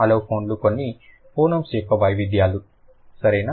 అలోఫోన్లు కొన్ని ఫోనోమ్స్ యొక్క వైవిధ్యాలు సరేనా